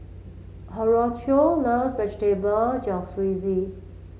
Horatio love Vegetable Jalfrezi